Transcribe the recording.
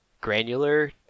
granular